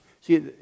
See